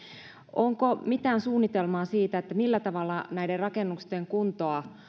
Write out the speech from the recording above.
onko mitään suunnitelmaa siitä millä tavalla näiden rakennusten kuntoa